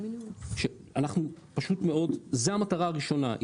זה המטרה הראשונה,